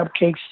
cupcakes